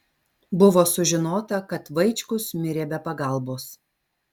buvo sužinota kad vaičkus mirė be pagalbos